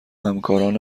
همکاران